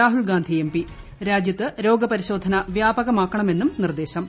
Rahul Gandhi MP രാജ്യത്ത് രോഗപരിശോധന വ്യാപകമാക്കണമെന്നും നിർദ്ദേശം